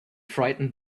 frightened